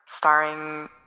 starring